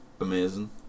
amazing